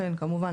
כן כמובן,